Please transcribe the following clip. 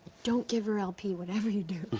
don't give her lp, whatever you do.